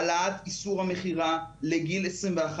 העלאת איסור המכירה לגיל 21,